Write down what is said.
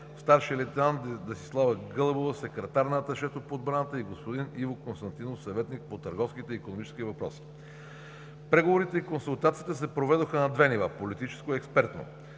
старши лейтенант Десислава Гълъбова – секретар на аташето по отбраната, и господин Иво Константинов – съветник по търговските и икономически въпроси. Преговорите и консултациите са проведоха на две нива – политическо и експертно.